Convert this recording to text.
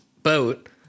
boat